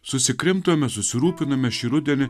susikrimtome susirūpiname šį rudenį